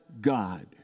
God